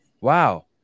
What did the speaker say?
Wow